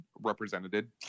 represented